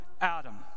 Adam